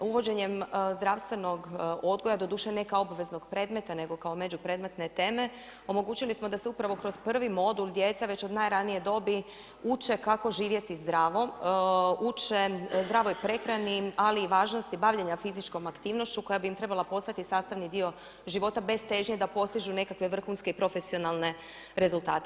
Uvođenjem zdravstvenog odgoja, doduše ne kao obaveznog predmeta, nego kao međupredmetne teme, omogućili smo da se upravo kroz prvi modul djeca već od najranije dobi uče kako živjeti zdravo, uče zdravoj prehrani ali i važnosti bavljenja fizičkom aktivnošću koja bi im trebala postati sastavni dio života, bez težnje da postižu nekakve vrhunske i profesionalne rezultate.